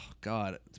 God